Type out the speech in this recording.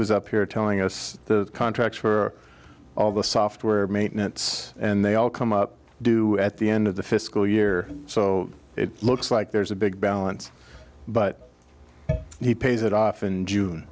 was up here telling us the contracts for all the software maintenance and they all come up due at the end of the fiscal year so it looks like there's a big balance but he pays it off and june